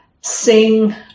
sing